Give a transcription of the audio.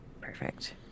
Perfect